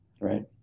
Right